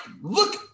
look